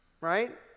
Right